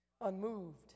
unmoved